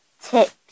tips